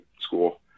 school